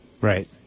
Right